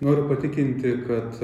noriu patikinti kad